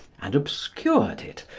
and obscured it,